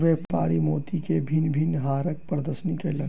व्यापारी मोती के भिन्न भिन्न हारक प्रदर्शनी कयलक